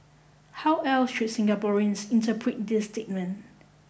how else should Singaporeans interpret this statement